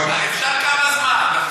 עיסאווי, אפשר כמה זמן.